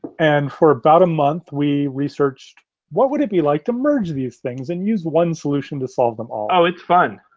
and for about a month we researched what would it be like to merge these things and use one solution to solve them all. oh, it's fun.